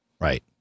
Right